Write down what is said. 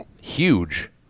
huge